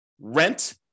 rent